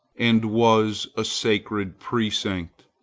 and was a sacred precinct.